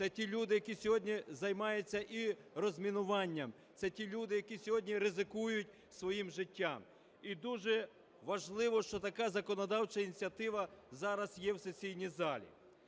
Це ті люди, які сьогодні займаються і розмінуванням. Це ті люди, які сьогодні ризикують своїм життям. І дуже важливо, що така законодавча ініціатива зараз є в сесійній залі.